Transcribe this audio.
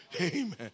Amen